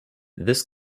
this